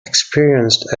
experienced